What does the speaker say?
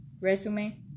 resume